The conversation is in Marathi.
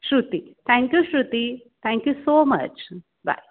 Shruti thank you Shruti thank you so much bye